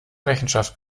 rechenschaft